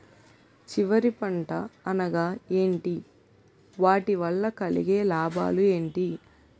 చివరి పంట అనగా ఏంటి వాటి వల్ల కలిగే లాభాలు ఏంటి